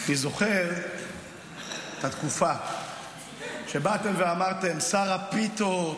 אני זוכר את התקופה שבאתם ואמרתם: שר הפיתות,